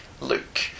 Luke